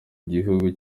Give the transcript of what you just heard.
gihugu